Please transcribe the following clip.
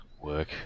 work